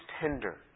tender